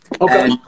Okay